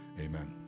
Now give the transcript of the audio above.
Amen